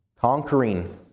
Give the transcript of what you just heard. conquering